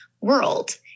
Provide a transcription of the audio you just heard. world